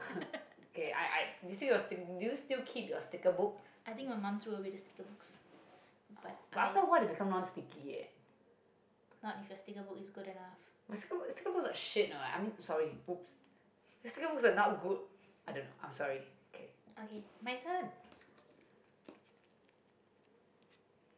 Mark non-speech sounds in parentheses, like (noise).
(laughs) i think my mum threw away the sticker books but i not if the sticker book is good enough okay my turn